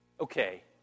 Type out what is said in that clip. Okay